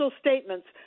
statements